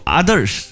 others